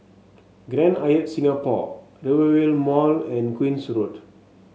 Grand Hyatt Singapore Rivervale Mall and Queen's Road